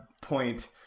point